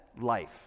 life